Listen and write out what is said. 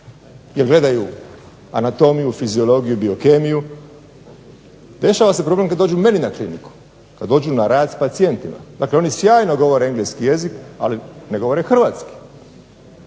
jer gledaju anatomiju, fiziologiju, biokemiju. Dešava se problem kad dođu meni na kliniku, kad dođu na rad s pacijentima. Dakle, oni sjajno govore engleski jezik, ali ne govore hrvatski.